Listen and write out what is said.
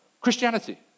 Christianity